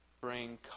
bring